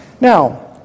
Now